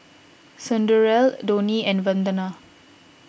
Sunderlal Dhoni and Vandana